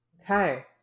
Okay